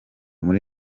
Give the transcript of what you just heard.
muri